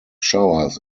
showers